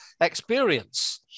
experience